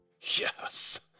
Yes